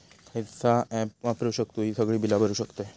खयचा ऍप वापरू शकतू ही सगळी बीला भरु शकतय?